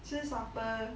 吃 supper